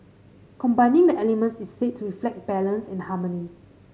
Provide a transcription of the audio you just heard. combining the elements is said to reflect balance and harmony